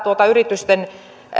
yritysten